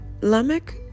Lamech